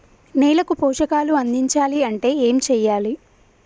నేలకు పోషకాలు అందించాలి అంటే ఏం చెయ్యాలి?